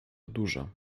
dużo